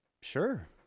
Sure